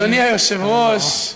אדוני היושב-ראש,